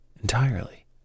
Entirely